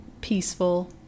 peaceful